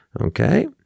Okay